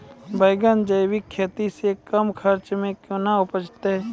बैंगन जैविक खेती से कम खर्च मे कैना उपजते?